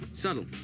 subtle